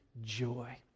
joy